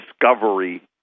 discovery